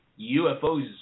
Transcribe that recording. UFOs